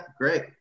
great